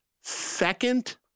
second